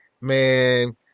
man